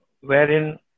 wherein